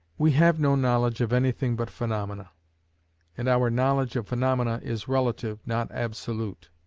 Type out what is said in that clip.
we have no knowledge of anything but phaenomena and our knowledge of phaenomena is relative, not absolute.